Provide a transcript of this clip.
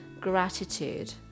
gratitude